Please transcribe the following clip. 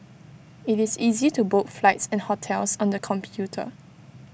IT is easy to book flights and hotels on the computer